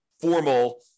formal